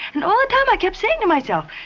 and all the time i kept saying to myself,